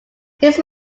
his